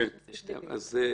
אז שוב,